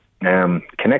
Connect